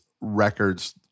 records